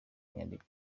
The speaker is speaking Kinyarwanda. nyandiko